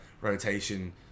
rotation